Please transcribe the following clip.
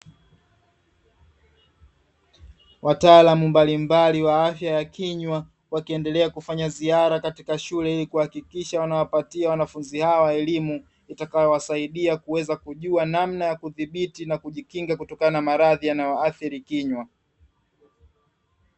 Wataalamu mbalimbali wa afya ya kinywa wakiendelea kufanya ziara katika shule, ili kuhakikisha wanawapatia wanafunzi hawa elimu itakayowasaidia kuweza kukua namna ya kudhibiti na kujikinga kutokana na maradhi yanayoathiri kinywa.